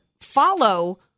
follow